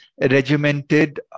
regimented